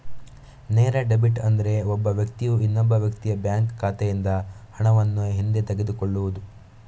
ನೇರ ಡೆಬಿಟ್ ಅಂದ್ರೆ ಒಬ್ಬ ವ್ಯಕ್ತಿಯು ಇನ್ನೊಬ್ಬ ವ್ಯಕ್ತಿಯ ಬ್ಯಾಂಕ್ ಖಾತೆಯಿಂದ ಹಣವನ್ನು ಹಿಂದೆ ತಗೊಳ್ಳುದು